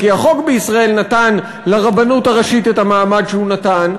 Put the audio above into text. כי החוק בישראל נתן לרבנות הראשית את המעמד שהוא נתן,